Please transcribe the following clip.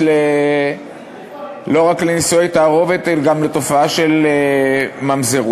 לא רק לנישואי תערובת אלא גם לתופעה של ממזרות.